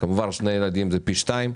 כמובן ששני ילדים זה פי שניים.